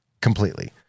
completely